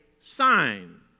sign